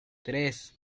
tres